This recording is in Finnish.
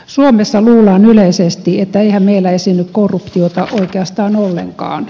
suomessa luullaan yleisesti että eihän meillä esiinny korruptiota oikeastaan ollenkaan